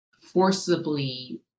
forcibly